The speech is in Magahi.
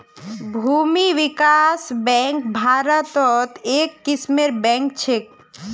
भूमि विकास बैंक भारत्त एक किस्मेर बैंक छेक